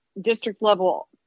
district-level